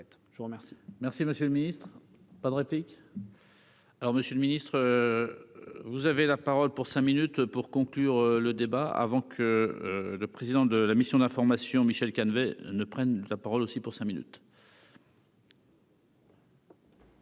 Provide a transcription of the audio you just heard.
je vous remercie,